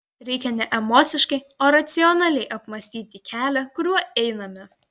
reikia ne emociškai o racionaliai apmąstyti kelią kuriuo einame